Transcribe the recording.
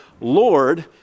Lord